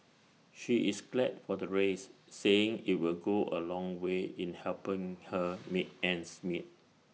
she is glad for the raise saying IT will go A long way in helping her make ends meet